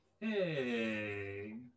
Hey